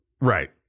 Right